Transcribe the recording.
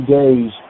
days